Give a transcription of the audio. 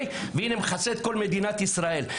זה מכסה את כל מדינת ישראל.